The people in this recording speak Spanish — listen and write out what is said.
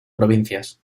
provincias